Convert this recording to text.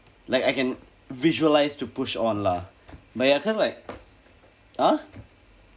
like I can visualise to push on lah but I can't like ah